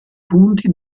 punti